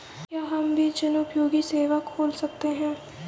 क्या हम भी जनोपयोगी सेवा खोल सकते हैं?